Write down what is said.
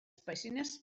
spiciness